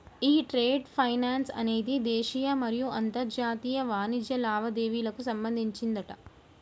ఈ trade finance అనేది దేశీయ మరియు అంతర్జాతీయ వాణిజ్య లావాదేవీలకు సంబంధించిందట